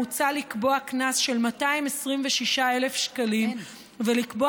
מוצע לקבוע קנס של 226,000 שקלים ולקבוע